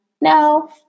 no